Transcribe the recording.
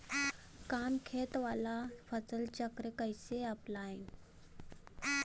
कम खेत वाला फसल चक्र कइसे अपनाइल?